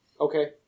Okay